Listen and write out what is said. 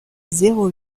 zéro